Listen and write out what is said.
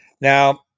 now